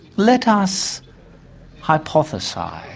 let us hypothesise